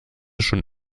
schon